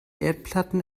erdplatten